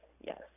Yes